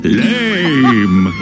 lame